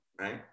right